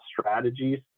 strategies